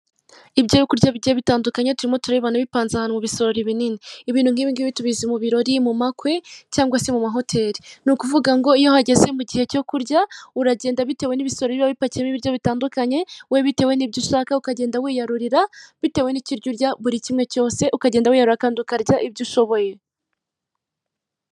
Ibyo kurya bigiye bitandukanye turimo turabibona bipanze ahantu mu bisorori binini, ibintu nk'ibingibi tubizi mu birori, mu makwe cyangwa se mu mahoteli ni ukuvuga ngo iyo hageze mu gihe cyo kurya uragenda bitewe n'ibisoro bi bipakiyemo ibiryo bitandukanye we bitewe n'ibyo ushaka ukagenda wiyarurira, bitewe n'ikiryo urya buri kimwe cyose ukagenda wiyarurira kandi ukarya ibyo ushoboye.